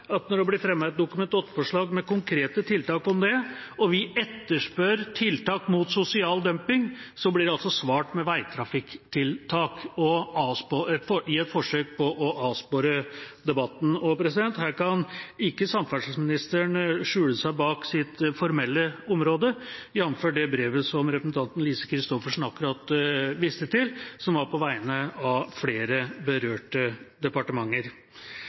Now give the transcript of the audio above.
at når det blir fremmet et Dokument 8-forslag med konkrete tiltak om det, og vi etterspør tiltak mot sosial dumping, blir det altså svart med vegtrafikktiltak i et forsøk på å avspore debatten. Her kan ikke samferdselsministeren skjule seg bak sitt formelle område, jf. det brevet som representanten Lise Christoffersen akkurat viste til, som var på vegne av flere berørte departementer.